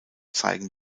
zeigen